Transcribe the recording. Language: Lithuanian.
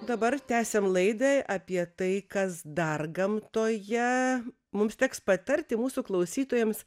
dabar tęsiam laidą apie tai kas dar gamtoje mums teks patarti mūsų klausytojams